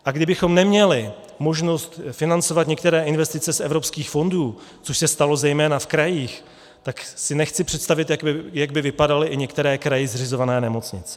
A kdybychom neměli možnost financovat některé investice z evropských fondů, což se stalo zejména v krajích, tak si nechci představit, jak by vypadaly i některé kraji zřizované nemocnice.